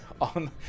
on